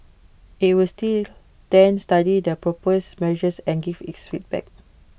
IT was then study the proposed measures and give its feedback